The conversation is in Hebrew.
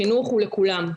חינוך הוא לכולם.